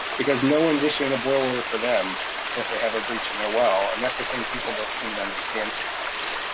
because no one's issuing a boil order for them if they have a breach in their well, and that's the thing people don't seem to understand sometimes.